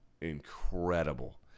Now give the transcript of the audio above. Incredible